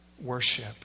worship